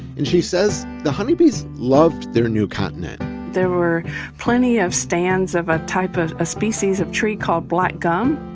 and she says the honeybees loved their new continent there were plenty of stands of a type of a species of tree called black gum.